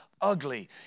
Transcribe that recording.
ugly